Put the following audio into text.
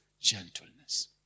gentleness